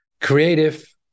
creative